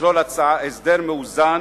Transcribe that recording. יכלול הסדר מאוזן